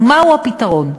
ומהו הפתרון?